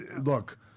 Look